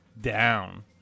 down